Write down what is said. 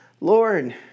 Lord